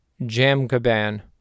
Jamkaban